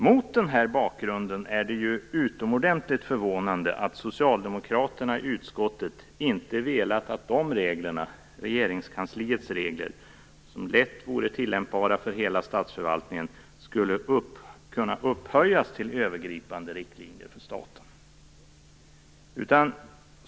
Mot denna bakgrund är det utomordentligt förvånande att socialdemokraterna i utskottet inte har velat att Regeringskansliets regler, som lätt vore tillämpbara för hela statsförvaltningen, skulle kunna upphöjas till övergripande riktlinjer för staten.